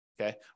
okay